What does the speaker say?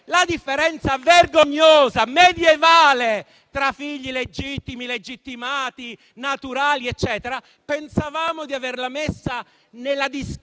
la differenza vergognosa, medievale tra figli legittimi, legittimati, naturali, eccetera, pensavamo di averla messa nella discarica